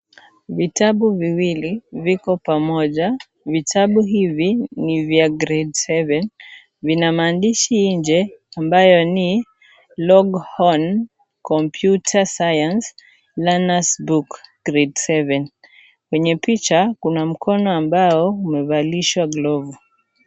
Vitabu viwili viko pamoja. Vitabu hivi ni vya Grade seven . Vina maandishi nje ambayo ni Longhorn Computer Science Learner's Book Grade seven . Kwenye picha kuna mkono ambao umevalishwa glovu.